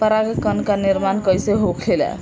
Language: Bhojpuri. पराग कण क निर्माण कइसे होखेला?